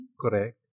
Correct